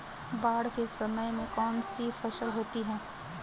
बाढ़ के समय में कौन सी फसल होती है?